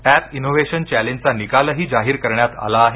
app innovation चॅलेंजचा निकालही जाहीर करण्यात आला आहे